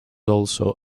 also